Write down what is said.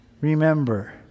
remember